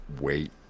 wait